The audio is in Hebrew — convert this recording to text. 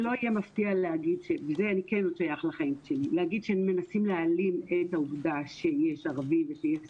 זה לא יהיה מפתיע להגיד שמנסים להעלים את העובדה שיש ערבים ושיש סכסוך,